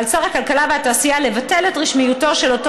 על שר הכלכלה והתעשייה לבטל את רשמיותו של אותו